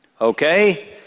Okay